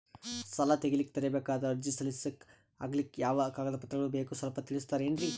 ಸಾಲ ತೆಗಿಲಿಕ್ಕ ತರಬೇಕಾದ ಅರ್ಜಿ ಸಲೀಸ್ ಆಗ್ಲಿಕ್ಕಿ ಯಾವ ಕಾಗದ ಪತ್ರಗಳು ಬೇಕು ಸ್ವಲ್ಪ ತಿಳಿಸತಿರೆನ್ರಿ?